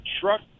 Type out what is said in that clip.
truck